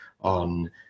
on